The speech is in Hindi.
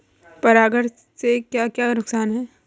परागण से क्या क्या नुकसान हैं?